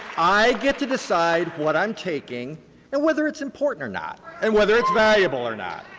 i get to decide what i'm taking and whether it's important or not, and whether it's valuable or not.